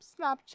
snapchat